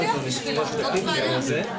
כאשר בית המשפט רואה את זה,